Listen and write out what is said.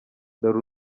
dore